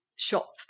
shop